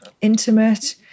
intimate